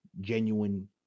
genuine